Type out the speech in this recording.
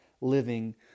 living